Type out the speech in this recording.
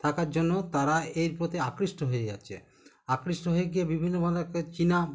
থাকার জন্য তারা এর প্রতি আকৃষ্ট হয়ে যাচ্ছে আকৃষ্ট হয়ে গিয়ে বিভিন্ন চীনা